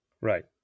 Right